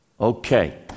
Okay